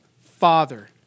Father